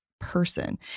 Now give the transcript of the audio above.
person